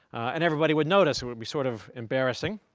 and everybody would notice. it would be sort of embarrassing.